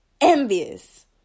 Envious